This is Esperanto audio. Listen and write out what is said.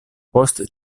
post